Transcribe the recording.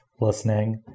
listening